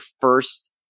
first